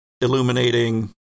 illuminating